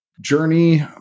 journey